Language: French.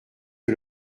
que